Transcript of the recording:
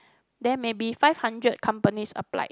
there maybe five hundred companies applied